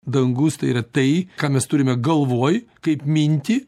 dangus tai yra tai ką mes turime galvoj kaip mintį